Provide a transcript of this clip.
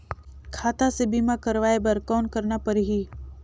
खाता से बीमा करवाय बर कौन करना परही?